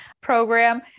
program